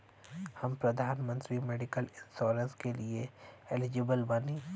हम प्रधानमंत्री medical insurance के लिए एलिजिबल बानी?